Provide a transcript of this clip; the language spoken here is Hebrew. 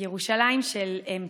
"ירושלים של אמצע":